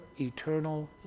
eternal